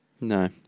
No